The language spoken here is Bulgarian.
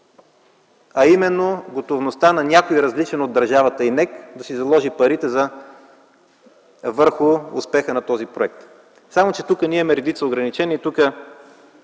а именно готовността на някой различен от държавата и НЕК да заложи парите си върху успеха на този проект. Тук обаче имаме редица ограничения. Тук